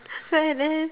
fair leh